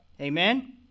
Amen